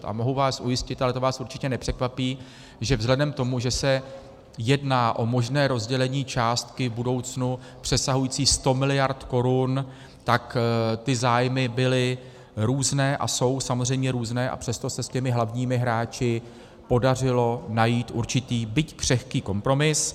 A mohu vás ujistit, ale to vás určitě nepřekvapí, že vzhledem k tomu, že se jedná o možné rozdělení částky v budoucnu přesahující 100 miliard korun, tak ty zájmy byly různé a jsou samozřejmě různé, a přesto se s těmi hlavními hráči podařilo najít určitý, byť křehký, kompromis.